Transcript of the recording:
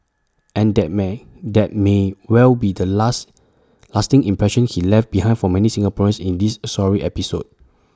and that may that may well be the last lasting impression he left behind for many Singaporeans in this sorry episode